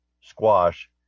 squash